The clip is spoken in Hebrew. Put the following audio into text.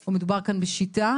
או מדובר כאן בשיטה.